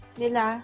nila